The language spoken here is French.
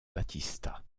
battista